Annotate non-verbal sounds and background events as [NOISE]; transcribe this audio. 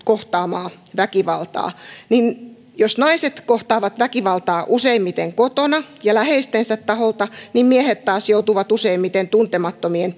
kohtaamaa väkivaltaa niin jos naiset kohtaavat väkivaltaa useimmiten kotona ja läheistensä taholta niin miehet taas joutuvat useimmiten tuntemattomien [UNINTELLIGIBLE]